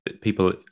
people